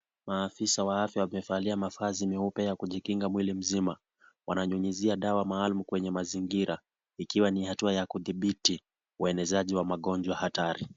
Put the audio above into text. Maafisa wa afya wamevalia mavazi meupe ya kujikinga mwili mzima. Wananyunyizia dawa maalum kwenye mazingira ikiwa ni hatua ya kuthibiti uenezaji wa magonjwa hatari .